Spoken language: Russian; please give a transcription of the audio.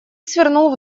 свернул